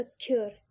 secure